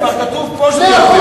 זה אפילו כתוב בספר.